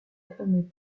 fameux